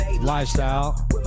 Lifestyle